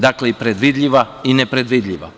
Dakle, predvidiva i nepredvidljiva.